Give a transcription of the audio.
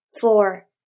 Four